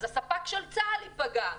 אז הספק של צה"ל ייפגע.